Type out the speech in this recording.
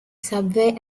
subway